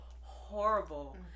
horrible